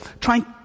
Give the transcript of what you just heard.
trying